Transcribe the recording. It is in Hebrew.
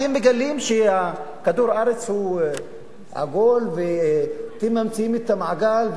אתם מגלים שכדור-הארץ הוא עגול ואתם ממציאים את הגלגל.